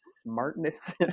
smartness